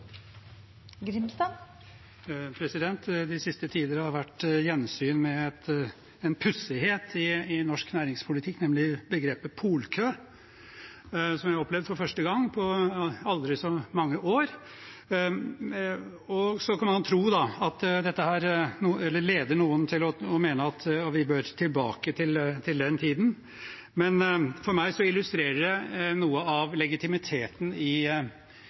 de siste tider har det vært gjensyn med en pussighet i norsk næringspolitikk, nemlig begrepet «polkø», som vi har opplevd for første gang på aldri så mange år. Så kan man tro at dette leder noen til å mene at vi bør tilbake til den tiden, men for meg illustrerer det noe av legitimiteten i